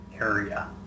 area